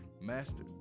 Master